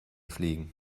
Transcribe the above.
fliegen